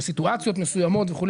בסיטואציות מסוימות וכו',